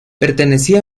pertenecía